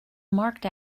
marked